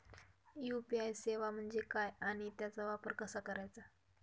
UPI सेवा म्हणजे काय आणि त्याचा वापर कसा करायचा?